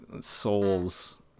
Souls